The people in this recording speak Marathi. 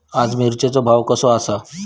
आज मिरचेचो भाव कसो आसा?